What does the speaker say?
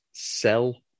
sell